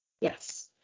yes